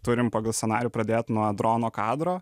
turim pagal scenarijų pradėt nuo drono kadro